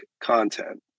content